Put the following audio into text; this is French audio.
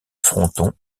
fronton